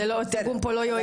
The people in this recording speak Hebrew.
התרגום לא יועיל פה.